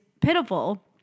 pitiful